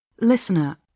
Listener